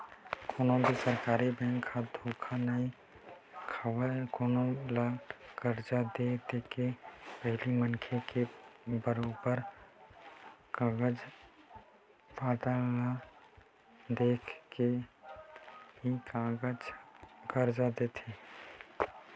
कोनो भी सरकारी बेंक ह धोखा नइ खावय कोनो ल करजा के देके पहिली मनखे के बरोबर कागज पतर ल देख के ही करजा देथे